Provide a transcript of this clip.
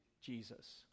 Jesus